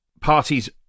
parties